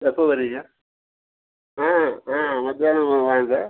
எப்போ வரீங்க ஆ ஆ மதியானமாக வாங்க